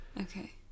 Okay